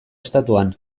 estatuan